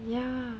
ya